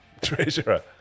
Treasurer